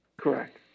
Correct